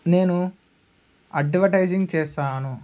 నేను అడ్వటైజింగ్ చేస్తాను